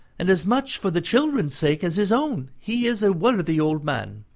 and as much for the children's sake as his own. he is a worthy old man.